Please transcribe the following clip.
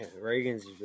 Reagan's